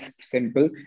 simple